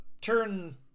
turn